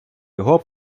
його